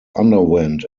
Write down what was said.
underwent